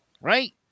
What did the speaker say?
right